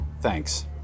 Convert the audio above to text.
Thanks